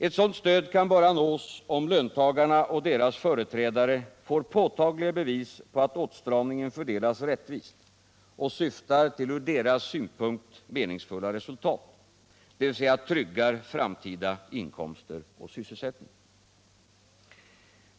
Ett sådant stöd kan bara nås om löntagarna och deras företrädare får påtagliga bevis på att åtstramningen fördelas rättvist och syftar till ur deras synvinkel meningsfulla resultat, dvs. tryggar framtida inkomster och sysselsättning.